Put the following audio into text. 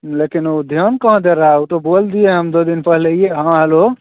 लेकिन वह ध्यान कौन दे रहा है वह तो बोल दिए हैं हम दो दिन पहले ही हाँ हलो